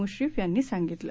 मुश्रीफ यांनी सांगितले